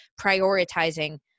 prioritizing